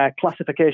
classification